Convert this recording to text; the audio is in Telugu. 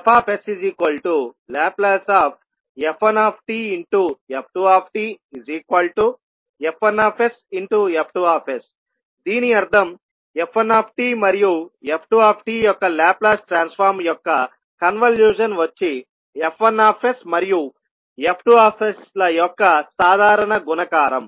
FsLf1tf2tF1sF2s దీని అర్థం f1t మరియు f2t యొక్క లాప్లాస్ ట్రాన్స్ఫార్మ్ యొక్క కన్వల్యూషన్ వచ్చి F1s మరియు F2s ల యొక్క సాధారణ గుణకారం